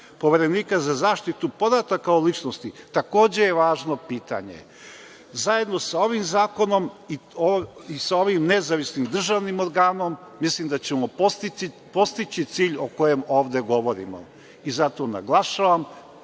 Poverenika za zaštitu podataka o ličnosti takođe je važno pitanje. Zajedno sa ovim zakonom i sa ovim nezavisnim državnim organom, mislim da ćemo postići cilj o kojem ovde govorimo. Zato naglašavam